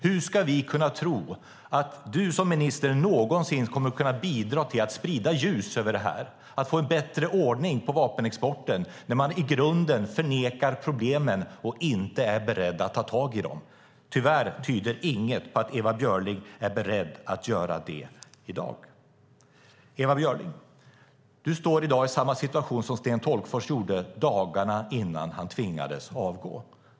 Hur ska vi kunna tro att du som minister någonsin kommer att kunna bidra till att sprida ljus över detta och få en bättre ordning på vapenexporten när du i grunden förnekar problemen och inte är beredd att ta tag i dem? Tyvärr tyder inget på att Ewa Björling är beredd att göra det i dag. Ewa Björling! Du står i dag i samma situation som Sten Tolgfors gjorde dagarna innan han tvingades avgå.